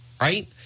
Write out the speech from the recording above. right